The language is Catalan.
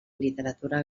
literatura